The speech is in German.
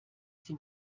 sie